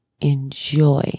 enjoy